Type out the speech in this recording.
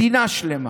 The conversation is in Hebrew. מדינה שלמה.